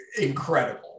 Incredible